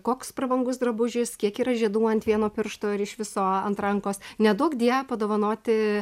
koks prabangus drabužis kiek yra žiedų ant vieno piršto ir iš viso ant rankos neduok die padovanoti